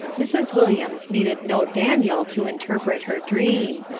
mrs. williams needed no daniel to interpret her dream.